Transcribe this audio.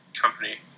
company